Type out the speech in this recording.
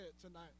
tonight